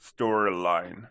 storyline